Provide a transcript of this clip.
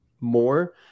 more